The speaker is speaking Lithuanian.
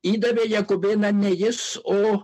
įdavė jakubėną ne jis o